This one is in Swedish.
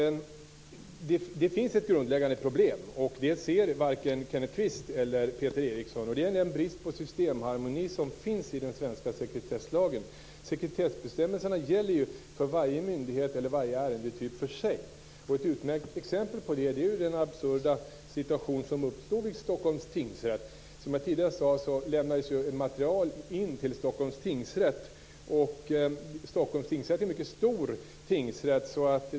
Det finns ett grundläggande problem, och det ser varken Kenneth Kvist eller Peter Eriksson. Det är den brist på systemharmoni som finns i den svenska sekretesslagen. Sekretessbestämmelserna gäller ju för varje myndighet eller varje ärendetyp för sig. Ett utmärkt exempel på det är den absurda situation som uppstod i Stockholms tingsrätt. Som jag tidigare sade lämnades material in till Stockholms tingsrätt, som är en mycket stor tingsrätt.